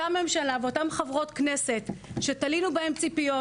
אותה ממשלה ואותן חברות כנסת שתלינו בהן ציפיות,